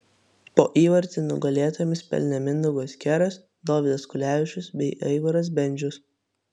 po įvartį nugalėtojams pelnė mindaugas keras dovydas kulevičius bei aivaras bendžius